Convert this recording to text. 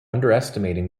underestimating